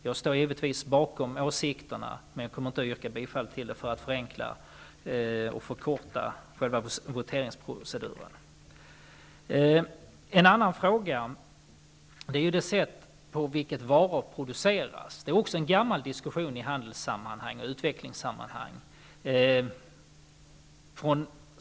Jag står givetvis bakom åsikterna, men jag kommer inte att yrka bifall till det för att förenkla och förkorta själva voteringsproceduren. En annan fråga är det sätt på vilket varor produceras. Det är också en gammal diskussion i handels och utvecklingssammanhang.